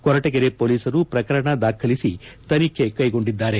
ಕೊರಟಗೆರೆ ಪೊಲೀಸರು ಪ್ರಕರಣ ದಾಖಲಿಸಿ ತನಿಖೆ ಕೈಗೊಂಡಿದ್ದಾರೆ